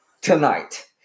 tonight